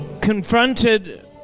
confronted